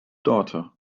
daughter